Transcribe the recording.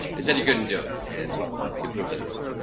they said you couldn't do it and you proved them wrong.